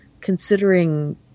considering